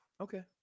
Okay